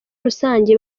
rusange